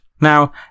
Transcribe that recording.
Now